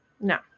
no